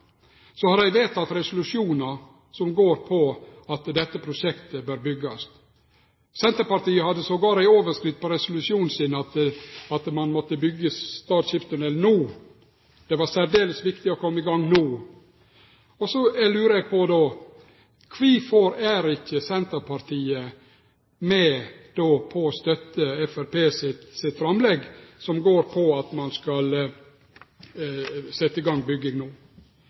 så synest eg at ein burde ha gjennomført den kvalitetssikringa langt tidlegare, slik at det var klart. På fylkesårsmøta til Sogn og Fjordane Arbeidarparti og Senterpartiet i Sogn og Fjordane har dei vedteke resolusjonar som går på at dette prosjektet bør byggjast. Senterpartiet hadde attpåtil ei overskrift på resolusjonen sin om at ein måtte byggje Stad skipstunnel no. Det var særdeles viktig å kome i gang no. Då lurar eg på: Kvifor er ikkje Senterpartiet med på å støtte